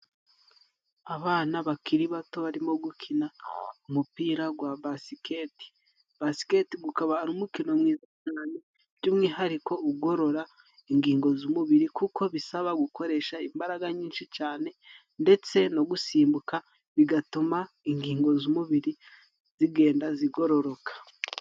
Abana bakiri bato barimo gukina umupira gwa basikete. Basikete gukaba ari umukino mwiza cane by'umwihariko ugorora ingingo z'umubiri kuko bisaba gukoresha imbaraga nyinshi cane ndetse no gusimbuka bigatuma inkingo z'umubiri zigenda zigororoka.